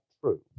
true